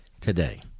today